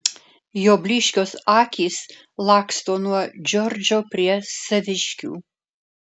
jo blyškios akys laksto nuo džordžo prie saviškių